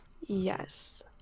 Yes